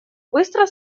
быстро